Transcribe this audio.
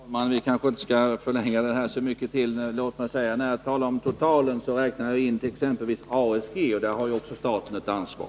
Herr talman! Vi kanske inte bör ytterligare förlänga denna debatt. Låt mig bara säga att när jag talar om totala inköp räknar jag in t.ex. ASG, och där har ju också staten ett ansvar.